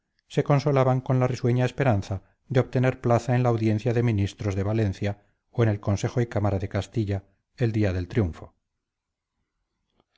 se consolaban con la risueña esperanza de obtener plaza en la audiencia de ministros de valencia o en el consejo y cámara de castilla el día del triunfo